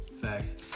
Facts